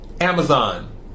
Amazon